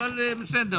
אבל בסדר.